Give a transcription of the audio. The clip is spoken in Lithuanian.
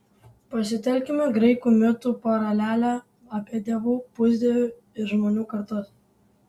pasitelkime graikų mitų paralelę apie dievų pusdievių ir žmonių kartas